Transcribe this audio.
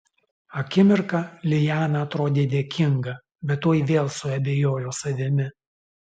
akimirką liana atrodė dėkinga bet tuoj vėl suabejojo savimi